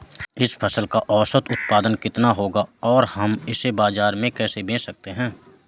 इस फसल का औसत उत्पादन कितना होगा और हम इसे बाजार में कैसे बेच सकते हैं?